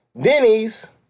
Denny's